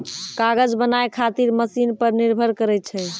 कागज बनाय खातीर मशिन पर निर्भर करै छै